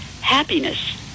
happiness